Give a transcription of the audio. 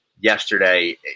yesterday